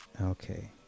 Okay